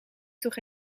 toch